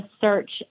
search